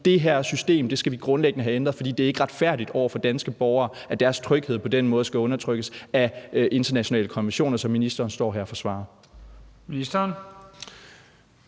det her system skal vi grundlæggende have ændret, fordi det ikke er retfærdigt over for danske borgere, at deres tryghed på den måde skal undergraves af internationale konventioner, som ministeren står her og forsvarer.